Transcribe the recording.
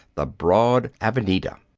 the broad avenida.